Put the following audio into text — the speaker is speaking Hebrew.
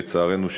לצערנו,